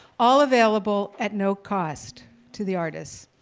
all available at no cost to the artist.